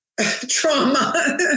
trauma